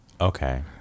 Okay